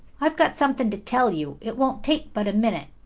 i've got something to tell you. it won't take but a minute.